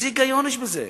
איזה היגיון יש בזה?